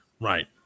right